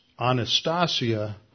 anastasia